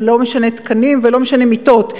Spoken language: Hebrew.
ולא משנה תקנים ולא משנה מיטות.